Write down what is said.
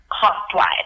cost-wise